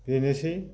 बेनोसै